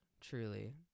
truly